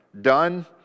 done